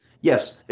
Yes